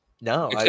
no